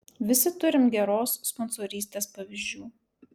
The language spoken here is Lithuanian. visi turim geros sponsorystės pavyzdžių